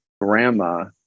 grandma